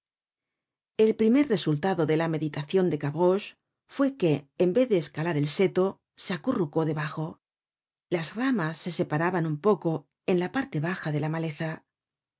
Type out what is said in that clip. el primer resultado de la meditacion de gavroche fue que en vez de escalar el seto se acurrucó debajo las ramas se separaban un poco en la parte baja de la maleza